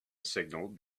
signal